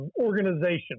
organization